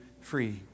free